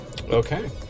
Okay